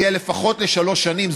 יהיה לפחות לשלוש שנים.